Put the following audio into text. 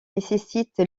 nécessite